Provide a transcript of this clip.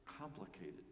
complicated